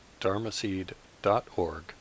dharmaseed.org